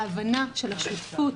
ההבנה של השותפות,